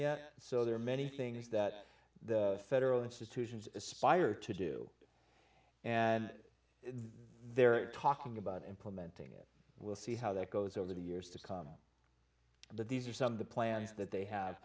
yet so there are many things that the federal institutions aspire to do and they're talking about implementing it we'll see how that goes over the years to come but these are some of the plans that they have